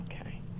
Okay